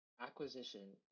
acquisition